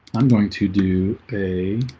i'm going to do a